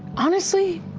honestly,